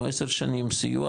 או עשר שנים סיוע,